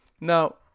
Now